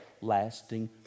lasting